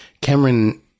Cameron